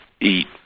eat